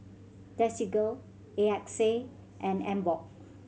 Desigual A X A and Emborg